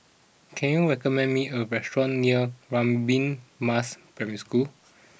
can you recommend me a restaurant near Radin Mas Primary School